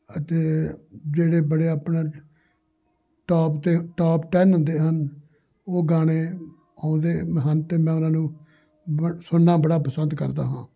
ਅਤੇ ਜਿਹੜੇ ਬੜੇ ਆਪਣੇ ਟੌਪ 'ਤੇ ਟੌਪ ਟੈਨ ਹੁੰਦੇ ਹਨ ਉਹ ਗਾਣੇ ਆਉਂਦੇ ਹਨ ਅਤੇ ਮੈਂ ਉਹਨਾਂ ਨੂੰ ਬ ਸੁਣਨਾ ਬੜਾ ਪਸੰਦ ਕਰਦਾ ਹਾਂ